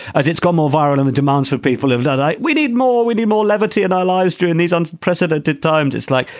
it's it's got more viral and the demands for people have done. we need more we need more levity in our lives during these unprecedented times. it's like,